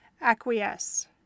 acquiesce